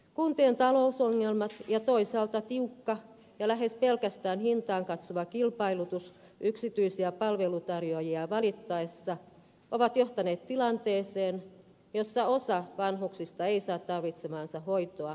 kuntien talousongelmat ja toisaalta tiukka ja lähes pelkästään hintaan katsova kilpailutus yksityisiä palveluntarjoajia valittaessa ovat johtaneet tilanteeseen jossa osa vanhuksista ei saa tarvitsemaansa hoitoa ja hoivaa